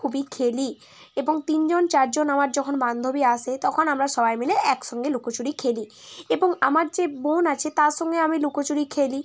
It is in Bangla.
খুবই খেলি এবং তিনজন চারজন আমার যখন বান্ধবী আসে তখন আমরা সবাই মিলে একসঙ্গে লুকোচুরি খেলি এবং আমার যে বোন আছে তার সঙ্গে আমি লুকোচুরি খেলি